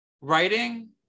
Writing